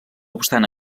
obstant